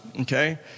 okay